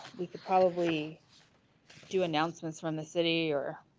we could probably do announcements from the city or?